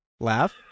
Laugh